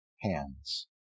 hands